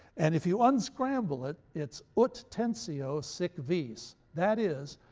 and if you unscramble it, it's ut tensio sic vis that is,